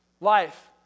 Life